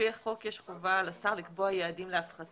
לפי החוק יש חובה על השר לקבוע יעדים להפחתה